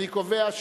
אני קובע,